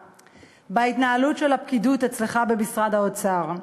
בהתנהלות של הפקידות אצלך במשרד האוצר.